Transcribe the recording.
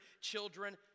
children